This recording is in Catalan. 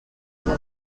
que